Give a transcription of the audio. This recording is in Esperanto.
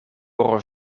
por